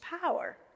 power